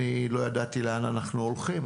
אני לא ידעתי לאן אנחנו הולכים.